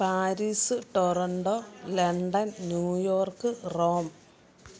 Paris Toronto London New York Rome